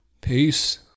Peace